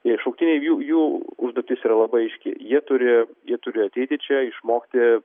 jie šauktiniai jų jų užduotis yra labai aiški jie turi jie turi ateiti čia išmokti